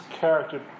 character